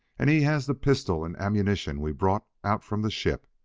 and he has the pistol and ammunition we brought out from the ship.